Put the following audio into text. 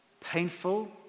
painful